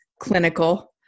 clinical